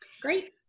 Great